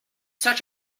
such